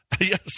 Yes